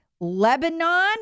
Lebanon